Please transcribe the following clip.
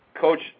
Coach